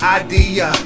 idea